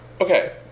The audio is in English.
Okay